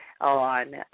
on